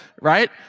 right